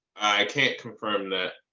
i can't confirm that.